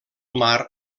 mar